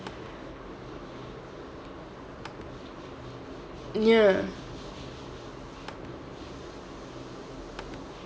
ya